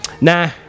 Nah